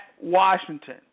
Washington